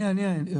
אני, אני.